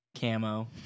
camo